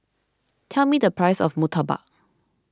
tell me the price of Murtabak